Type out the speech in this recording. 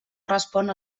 respon